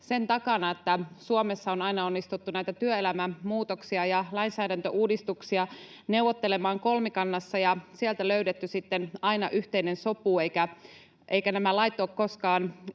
sen takana, että Suomessa on aina onnistuttu näitä työelämämuutoksia ja lainsäädäntöuudistuksia neuvottelemaan kolmikannassa ja sieltä on löydetty sitten aina yhteinen sopu eivätkä nämä lait ole